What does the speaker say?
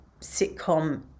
sitcom